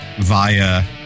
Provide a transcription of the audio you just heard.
via